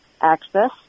access